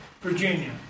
Virginia